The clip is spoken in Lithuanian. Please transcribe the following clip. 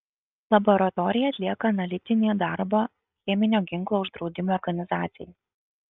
laboratorija atlieka analitinį darbą cheminio ginklo uždraudimo organizacijai